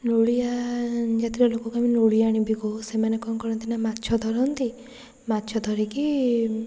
ନୋଳିଆ ଜାତିର ଲୋକକୁ ଆମେ ନୋଳିଆଣି ବି କହୁ ସେମାନେ କ'ଣ କରନ୍ତି ନା ମାଛ ଧରନ୍ତି ମାଛ ଧରିକି